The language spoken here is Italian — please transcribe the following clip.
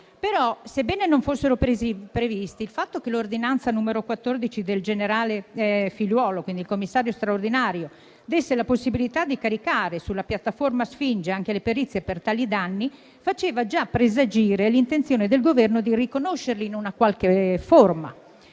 sebbene non fossero previsti, il fatto che l'ordinanza n. 14 del Commissario straordinario, il generale Figliuolo, desse la possibilità di caricare sulla piattaforma Sfinge anche le perizie per tali danni, faceva già presagire l'intenzione del Governo di riconoscerli in una qualche forma